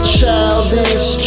childish